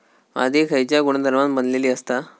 माती खयच्या गुणधर्मान बनलेली असता?